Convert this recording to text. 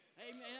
Amen